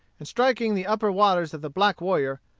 and striking the upper waters of the black warrior,